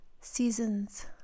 Seasons